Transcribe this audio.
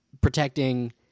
Protecting